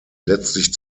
letztlich